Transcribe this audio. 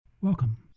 Welcome